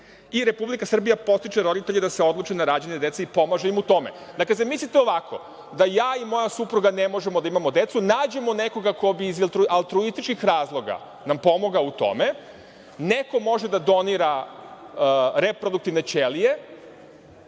i Republika Srbija podstiče roditelje da se odluče na rađanje dece i pomaže im u tome. Dakle, zamislite ovako, da ja i moja supruga ne možemo da imamo decu, nađemo nekoga ko bi iz altruističkih razloga nam pomogao u tome, neko može da donira reproduktivne ćelije,